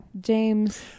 James